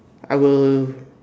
I will